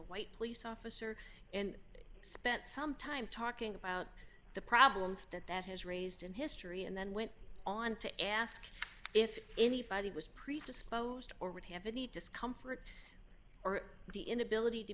white police officer and spent some time talking about the problems that that has raised in history and then went on to ask if anybody was predisposed or would have a need to comfort or the inability to